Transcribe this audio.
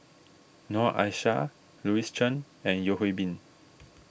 Noor Aishah Louis Chen and Yeo Hwee Bin